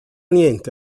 niente